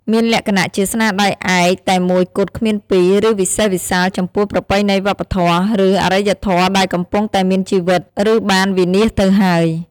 មានលក្ខណៈជាស្នាដៃឯកតែមួយគត់គ្មានពីរ ឬវិសេសវិសាលចំពោះប្រពៃណីវប្បធម៌ ឬអរិយធម៌ដែលកំពុងតែមានជីវិត ឬបានវិនាសទៅហើយ។